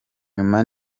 nyuma